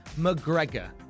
McGregor